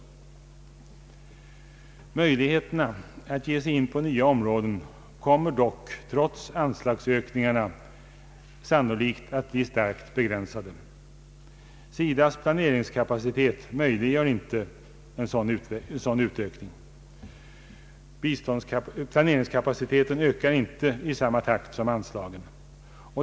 Möjligheterna att ge sig in på nya områden kommer dock, trots anslagsökningarna, sannolikt att bli starkt begränsade. SIDA:s planeringskapacitet möjliggör inte detta. Den ökar inte i samma takt som anslagen.